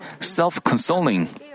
self-consoling